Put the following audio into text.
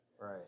Right